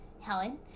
Helen